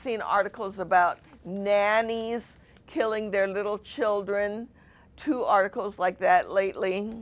seen articles about nannies killing their little children to articles like that lately